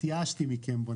התייאשתי מכם.